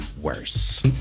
worse